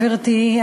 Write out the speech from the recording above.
גברתי,